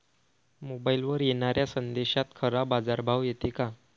मोबाईलवर येनाऱ्या संदेशात खरा बाजारभाव येते का?